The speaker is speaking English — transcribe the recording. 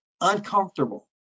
uncomfortable